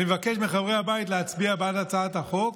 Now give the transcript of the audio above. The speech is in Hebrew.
אני מבקש מחברי הכנסת להצביע בעד הצעת החוק.